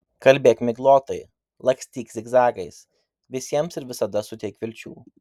kalbėk miglotai lakstyk zigzagais visiems ir visada suteik vilčių